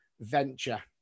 venture